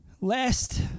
Last